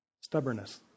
Stubbornness